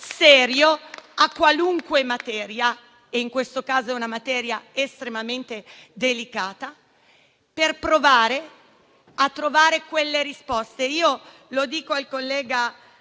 serio a qualunque materia - in questo caso una materia estremamente delicata - per provare a trovare quelle risposte. Mi rivolgo al collega